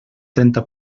trenta